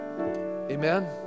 Amen